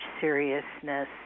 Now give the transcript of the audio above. seriousness